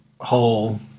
whole